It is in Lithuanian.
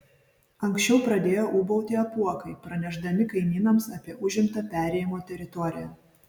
anksčiau pradėjo ūbauti apuokai pranešdami kaimynams apie užimtą perėjimo teritoriją